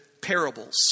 parables